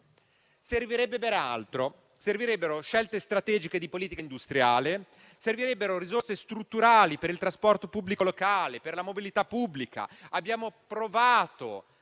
Servirebbe ben altro: servirebbero scelte strategiche di politica industriale e risorse strutturali per il trasporto pubblico locale e per la mobilità pubblica. Abbiamo provato